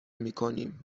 میکنیم